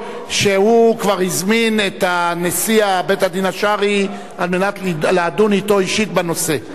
שהוא כבר הזמין את נשיא בית-הדין השרעי על מנת לדון אתו אישית בנושא.